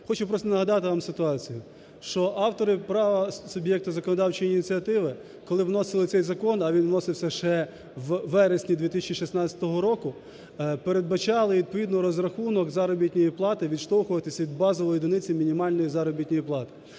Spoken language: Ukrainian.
хочу просто нагадати вам ситуацію, що автори права суб'єкту законодавчої ініціативи, коли вносили цей закон, а він вносився ще у вересні 2016 року, передбачали відповідно розрахунок заробітної плати, відштовхуватися від базової одиниці мінімальної заробітної плати.